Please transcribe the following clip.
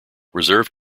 reserve